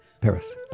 Paris